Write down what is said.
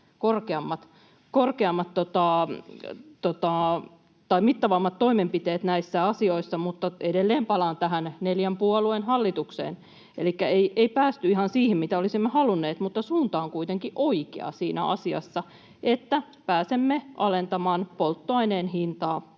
— vielä mittavammat toimenpiteet näissä asioissa — mutta edelleen palaan tähän neljän puolueen hallitukseen. Elikkä ei päästy ihan siihen, mitä olisimme halunneet, mutta suunta on kuitenkin oikea siinä asiassa, että pääsemme alentamaan polttoaineen hintaa